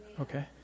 Okay